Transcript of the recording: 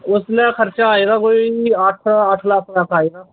उसलै खर्चा आए दा कोई अट्ठ अट्ठ लक्ख तक आए दा